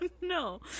No